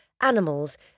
animals